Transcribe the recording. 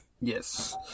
Yes